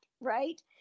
Right